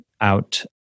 out